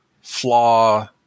flaw